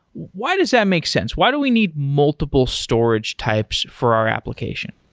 why does that make sense? why do we need multiple storage types for our application?